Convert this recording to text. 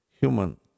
Human